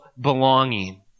belonging